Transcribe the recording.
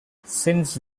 since